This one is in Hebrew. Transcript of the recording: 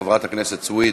חברת הכנסת סויד,